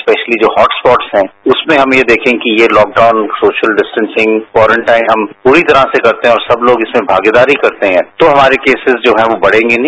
specially जो hotspot हैं उसमें हम यह देखें कि ये तॉकडाउन सोशल विस्टेसिंग क्वारंटाइन हम पूरी तरह से करते हैं और सब लोग उसमें भागीदारी करते हैं तो हमारे केसिस जो हैं वो बढ़ेंगे नहीं